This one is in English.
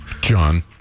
John